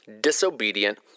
disobedient